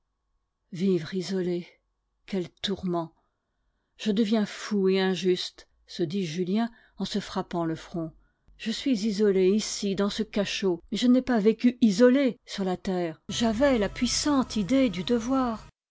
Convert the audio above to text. vivre isolé quel tourment je deviens fou et injuste se dit julien en se frappant le front je suis isolé ici dans ce cachot mais je n'ai pas vécu isolé sur la terre j'avais la puissante idée du devoir